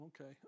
okay